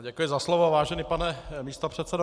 Děkuji za slovo, vážený pane místopředsedo.